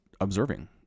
observing